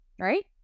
right